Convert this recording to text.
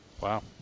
Wow